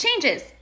changes